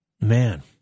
man